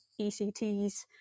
ECTS